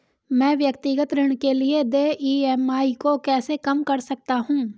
मैं व्यक्तिगत ऋण के लिए देय ई.एम.आई को कैसे कम कर सकता हूँ?